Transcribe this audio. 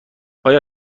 آیا